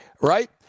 right